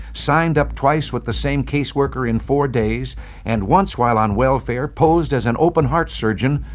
signed up twice with the same caseworker in four days and once, while on welfare, posed as an open-heart surgeon,